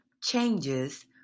changes